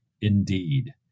indeed